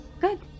Good